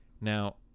Now